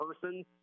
person